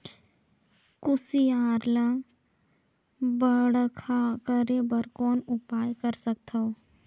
कुसियार ल बड़खा करे बर कौन उपाय कर सकथव?